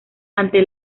ante